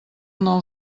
nou